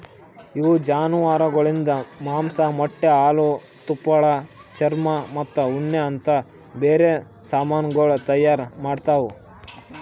ಇವು ಜಾನುವಾರುಗೊಳಿಂದ್ ಮಾಂಸ, ಮೊಟ್ಟೆ, ಹಾಲು, ತುಪ್ಪಳ, ಚರ್ಮ ಮತ್ತ ಉಣ್ಣೆ ಅಂತ್ ಬ್ಯಾರೆ ಸಮಾನಗೊಳ್ ತೈಯಾರ್ ಮಾಡ್ತಾವ್